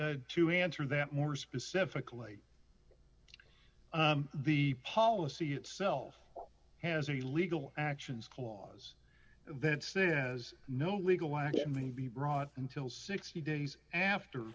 so to answer that more specifically the policy itself has a legal actions clause that says no legal action may be brought in till sixty days after